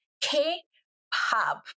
K-pop